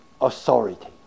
authority